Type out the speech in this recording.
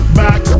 back